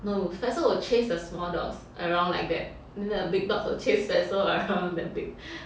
no fatso will chase the small dogs around like that then the big dogs will chase fatso around that big